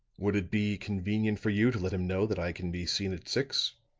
would it be convenient for you to let him know that i can be seen at six?